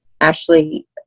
ashley